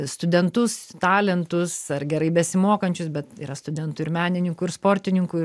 studentus talentus ar gerai besimokančius bet yra studentų ir menininkų ir sportininkų